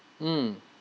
mm